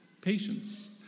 patience